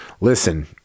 listen